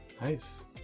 Nice